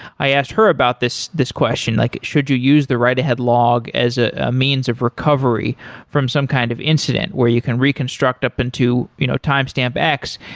i asked her about this this question, like, should you use the write-ahead log as a ah means of recovery from some kind of incident where you can reconstruct up into you know timestamp x?